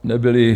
Nebyly...